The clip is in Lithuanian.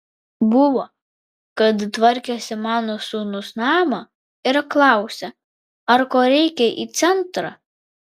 buvo kad tvarkėsi mano sūnus namą ir klausia ar ko reikia į centrą